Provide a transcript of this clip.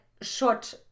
short